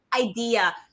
idea